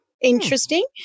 interesting